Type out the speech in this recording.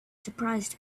surprised